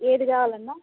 ఏది కావాలన్నా